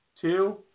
two